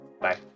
Bye